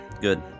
Good